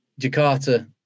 Jakarta